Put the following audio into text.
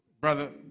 Brother